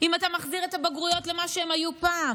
אם אתה מחזיר את הבגרויות למה שהן היו פעם?